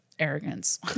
arrogance